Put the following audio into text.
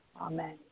amen